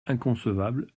inconcevable